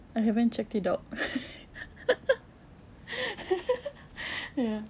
I haven't checked it out ya